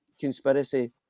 conspiracy